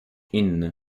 inny